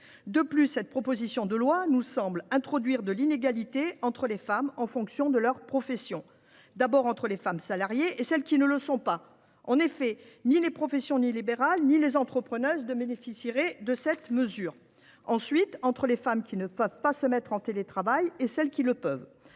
En outre, cette proposition de loi nous semble créer une inégalité entre les femmes en fonction de leur profession : tout d’abord, entre les femmes salariées et celles qui ne le sont pas, car ni les professions libérales ni les entrepreneuses ne bénéficieraient de cette mesure ; ensuite, entre les femmes qui peuvent télétravailler et celles qui ne le peuvent